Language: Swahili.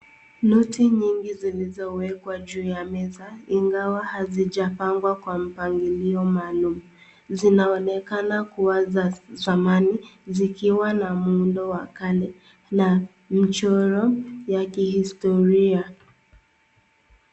Noti nyingi zilizowekwa juu ya meza ingawa hazijapangwa kwa mpangilio maalum. Zinaonekana kua za zamani zikiwa na muundo wa kale na mchoro ya kihistoria.